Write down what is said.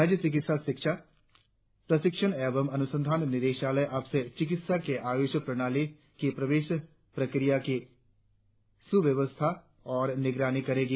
राज्य चिकित्सा शिक्षा प्रशिक्षण एवं अनुसंधान निदेशालय अब से चिकित्सा के आयुष प्रणाली की प्रवेश प्रक्रिया की सुव्यवस्थित और निगरानी करेगी